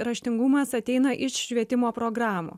raštingumas ateina iš švietimo programų